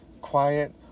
quiet